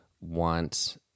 want